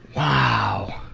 wow.